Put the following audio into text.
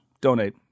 donate